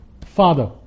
Father